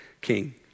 King